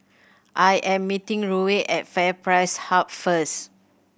I am meeting Ruie at FairPrice Hub first